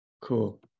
Cool